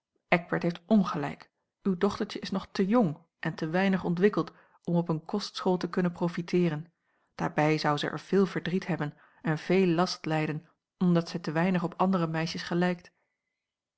eckbert heeft ongelijk uw dochtertje is nog te jong en te weinig ontwikkeld om op eene kostschool te kunnen profiteeren daarbij zou zij er veel verdriet hebben en veel last lijden omdat zij te weinig op andere meisjes gelijkt